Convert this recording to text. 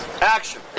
action